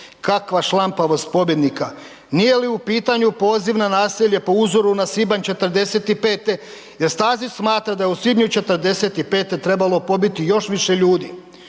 Kakva šlampavost pobjednika. Nije li u pitanju poziv na nasilje po uzoru na svibanj '45. gdje Stazić smatra da je u svibnju '45. trebalo pobiti još više ljudi.